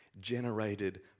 generated